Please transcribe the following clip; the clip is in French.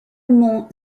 mont